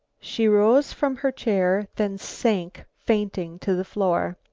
she rose from her chair, then sank fainting to the floor.